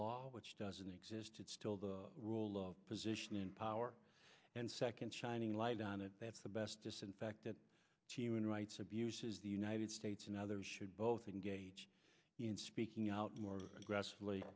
law which doesn't exist it's still the role of position in power and second shining light on it that's the best disinfectant team and rights abuses the united states and others should both engage in speaking out more grass